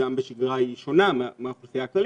דם בשגרה היא שונה מהאוכלוסייה הכללית,